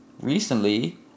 recently